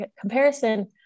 Comparison